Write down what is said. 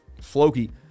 Floki